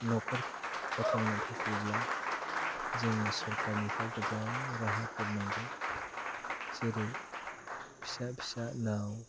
न'खरखौ फोथांनो थाखायब्ला जोङो सरखारनिफ्राय गोबां राहाफोर नांगौ जेरै फिसा फिसा नाव